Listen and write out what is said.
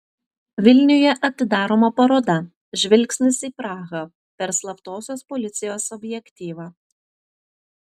vilniuje atidaroma paroda žvilgsnis į prahą per slaptosios policijos objektyvą